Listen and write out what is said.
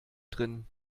drin